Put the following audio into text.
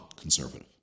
conservative